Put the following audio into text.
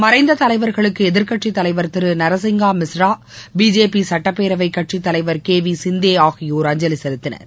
மறைந்ததலைவர்களுக்குஎதிர்கட்சிதலைவர் திருநரசிங்காமிஸ்ரா பிஜேபிசுட்டப்பேரவைகட்சிதலைவர் கேவிசிந்தேஆகியோர் அஞ்சலிசெலுத்தினர்